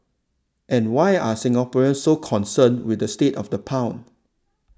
and why are Singaporeans so concerned with the state of the pound